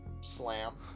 slam